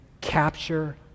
capture